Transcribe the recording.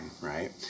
right